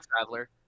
traveler